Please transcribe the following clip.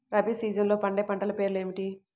రబీ సీజన్లో పండే పంటల పేర్లు ఏమిటి?